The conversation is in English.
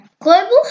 Global